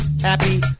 Happy